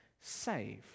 saved